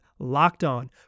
LOCKEDON